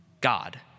God